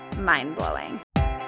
mind-blowing